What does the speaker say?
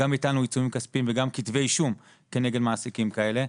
גם הטלנו עיצומים כספיים וגם כתבי אישום כנגד מעסיקים כאלה.